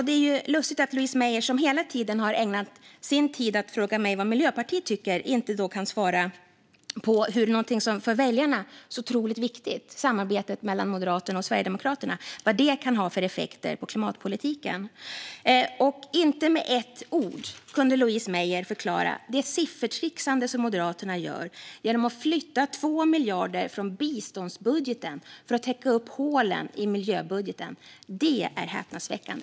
Det är lustigt att Louise Meijer, som har ägnat sin tid åt att fråga mig vad Miljöpartiet tycker, inte kan svara på något som är otroligt viktigt för väljarna, nämligen vad samarbetet mellan Moderaterna och Sverigedemokraterna kan ha för effekter på klimatpolitiken. Och Louise Meijer kunde inte med ett ord förklara det siffertrixande som Moderaterna gör genom att flytta 2 miljarder från biståndsbudgeten för att täcka upp hålen i miljöbudgeten. Det är häpnadsväckande.